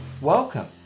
welcome